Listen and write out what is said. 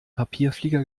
papierflieger